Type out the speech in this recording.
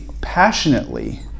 passionately